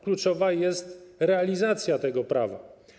Kluczowa jest realizacja tego prawa.